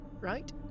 right